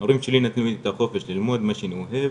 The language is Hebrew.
ההורים שלי נתנו לי את החופש ללמוד מה שאני אוהב,